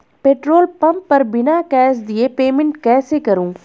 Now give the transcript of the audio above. Petrol pump पर बिना cash दिए पेमेंट कैसे करूँ?